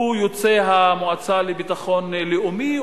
הוא יוצא המועצה לביטחון לאומי,